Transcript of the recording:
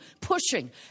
pushing